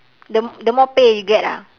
the the more pay you get ah